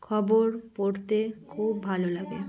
খবর পড়তে খুব ভালো লাগে